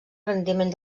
rendiment